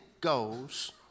goes